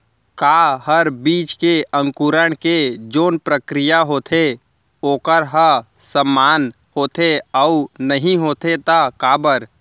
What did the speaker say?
का हर बीज के अंकुरण के जोन प्रक्रिया होथे वोकर ह समान होथे, अऊ नहीं होथे ता काबर?